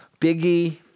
Biggie